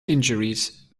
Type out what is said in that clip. injuries